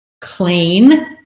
clean